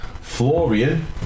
Florian